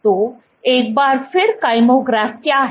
तो एक बार फिर काइमोग्राफक्या है